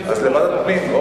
אז לוועדת הפנים.